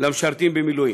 למשרתים במילואים.